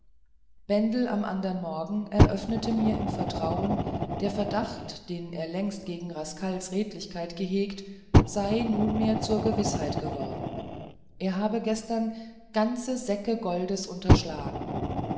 bendel am andern morgen eröffnete mir im vertrauen der verdacht den er längst gegen rascals redlichkeit gehegt sei nunmehr zur gewißheit worden er habe gestern ganze säcke goldes unterschlagen